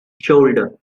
shoulder